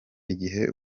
igihe